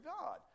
God